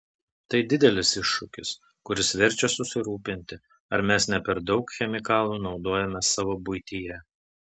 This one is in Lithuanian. tai didelis iššūkis kuris verčia susirūpinti ar mes ne per daug chemikalų naudojame savo buityje